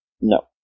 No